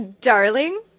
darling